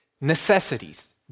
necessities